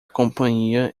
companhia